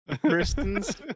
Kristen's